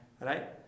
right